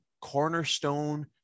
Cornerstone